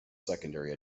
secondary